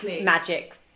magic